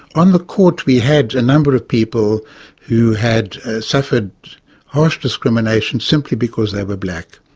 on the court we had a number of people who had suffered harsh discrimination simply because they were black.